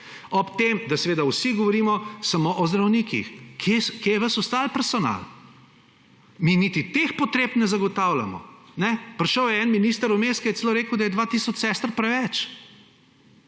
Ob tem, da seveda vsi govorimo samo o zdravnikih. Kje je ves ostali personal? Mi niti teh potreb ne zagotavljamo. Prišel je en minister vmes, ki je celo rekel, da je 2 tisoč sester preveč.